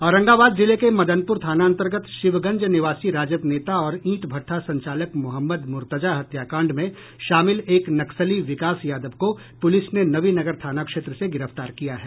औरंगाबाद जिले के मदनपुर थानांतर्गत शिवगंज निवासी राजद नेता और ईंट भट्टा संचालक मोहम्मद मुर्तजा हत्याकांड में शामिल एक नक्सली विकास यादव को पूलिस ने नवीनगर थाना क्षेत्र से गिरफ्तार किया है